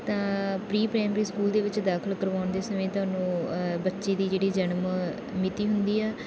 ਤਾਂ pre primary school ਦੇ ਵਿੱਚ ਦਾਖਲ ਕਰਵਾਉਣ ਦੇ ਸਮੇਂ ਤੁਹਾਨੂੰ ਬੱਚੇ ਦੀ ਜਿਹੜੀ ਜਨਮ ਮਿਤੀ ਹੁੰਦੀ ਆ